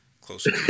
Closer